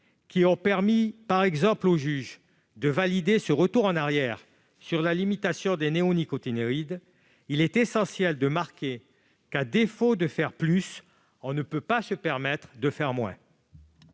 qui ont permis, par exemple, au juge de valider un retour en arrière sur la limitation des néonicotinoïdes, il est essentiel d'inscrire dans la Constitution que, à défaut de faire plus, on ne peut plus se permettre de faire moins.